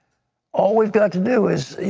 all we've got to do is,